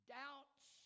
doubts